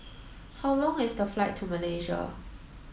how long is the flight to Malaysia